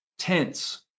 tense